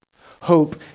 Hope